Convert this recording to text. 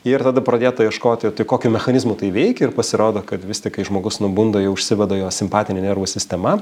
ir tada pradėta ieškoti tai kokiu mechanizmu tai veikia ir pasirodo kad vis tik kai žmogus nubunda jau užsiveda jo simpatinė nervų sistema